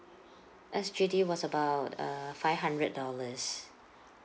S_G_D was about err five hundred dollars